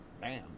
Bam